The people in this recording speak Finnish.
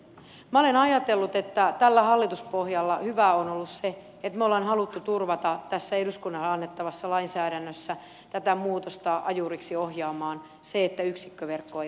minä olen ajatellut että tässä hallituspohjassa hyvää on ollut se että me olemme halunneet turvata tässä eduskunnalle annettavassa lainsäädännössä tätä muutosta ajuriksi ohjaamaan sitä että yksikköverkkoa ei päästetä kiinni